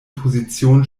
position